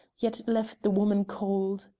yet it left the woman cold.